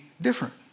different